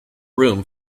room